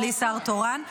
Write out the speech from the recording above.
אנחנו בלי שר תורן,